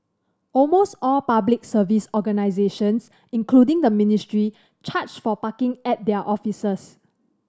almost all Public Service organisations including the ministry charge for parking at their offices